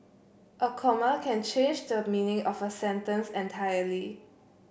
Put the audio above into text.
a comma can change the meaning of a sentence entirely